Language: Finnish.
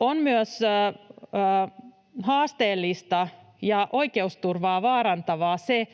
On myös haasteellista ja oikeusturvaa vaarantavaa se,